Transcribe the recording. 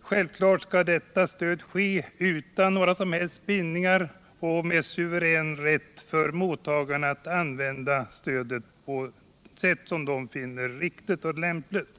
Självklart skall stödet lämnas utan några som helst bidningar och med en suverän rätt för mottagarna att använda stödet på det sätt som de finner riktigt och lämpligt.